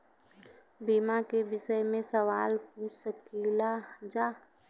बीमा के विषय मे सवाल पूछ सकीलाजा?